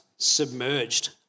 submerged